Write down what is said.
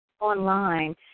online